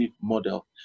model